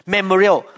Memorial